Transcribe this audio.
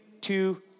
two